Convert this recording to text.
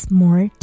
more